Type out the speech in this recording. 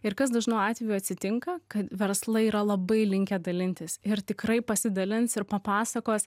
ir kas dažnu atveju atsitinka kad verslai yra labai linkę dalintis ir tikrai pasidalins ir papasakos